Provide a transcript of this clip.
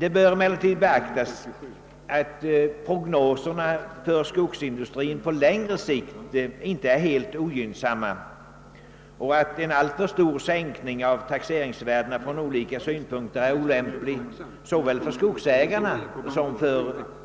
Det bör emellertid beaktas att prognoserna för skogsindustrin på längre sikt inte är helt ogynnsamma och att en alltför stor sänkning av taxeringsvärdena från olika synpunkter är olämplig såväl från skogsägarnas som